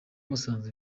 musanze